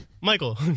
Michael